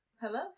Hello